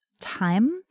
time